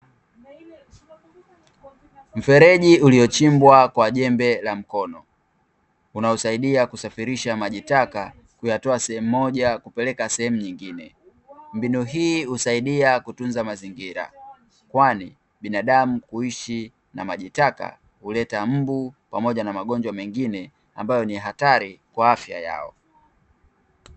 Mfereji uliochimbwa kwa jembe la mkono unaosaidia kusafirisha maji taka kuyatoa sehemu moja kupeleka sehemu nyingine, mbinu hii husaidia kutunza mazingira kwani binadamu kuishi na maji taka kuleta mbu pamoja na magonjwa mengine ambayo ni hatari kwa afya yao.